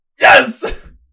Yes